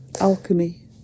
Alchemy